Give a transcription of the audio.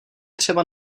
třeba